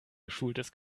geschultes